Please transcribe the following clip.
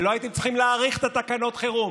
ולא הייתם צריכים להאריך את תקנות החירום,